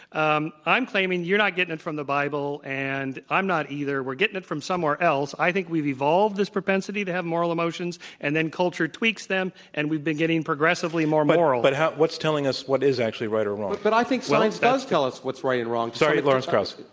um i'm claiming you're not getting it from the bible and i'm not either, we're getting it from somewhere else. i think we've evolved this propensity to have moral emotions, and then culture tweaks them, and we've been getting progressively more moral. but how what's telling us what is actually right or wrong? but i think science does tell us what's right and wrong john donvan lawrence krauss